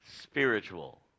spiritual